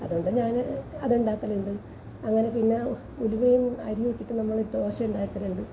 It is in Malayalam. അതുകൊണ്ട് ഞാന് അതുണ്ടാക്കലുണ്ട് അങ്ങനെ പിന്നെ ഉലുവയും അരിയും ഇട്ടിട്ട് നമ്മള് ദോശ ഉണ്ടാക്കുന്നുണ്ട്